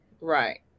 right